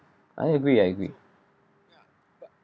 I agree I agree